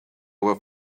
were